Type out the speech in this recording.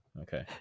Okay